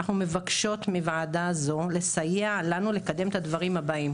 אנחנו מבקשות מוועדה זו לסייע לנו לקדם את הדברים הבאים: